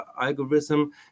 algorithm